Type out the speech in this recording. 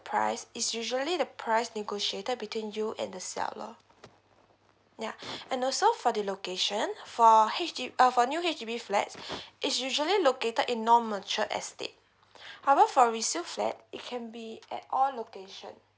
price is usually the price negotiated between you and the seller ya and also for the location for H_D~ err new H_D_B flat is usually located in non mature estate however for resale flat it can be at all location